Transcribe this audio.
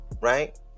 right